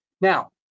Now